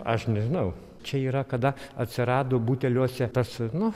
aš nežinau čia yra kada atsirado buteliuose tas nu